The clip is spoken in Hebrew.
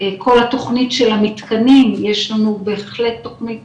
כל התוכנית של המתקנים יש לנו בהחלט תוכנית